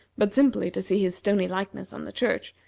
but simply to see his stony likeness on the church,